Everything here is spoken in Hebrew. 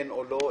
כן או לא,